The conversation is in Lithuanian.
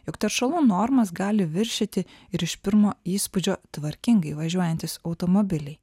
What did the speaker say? jog teršalų normas gali viršyti ir iš pirmo įspūdžio tvarkingai važiuojantys automobiliai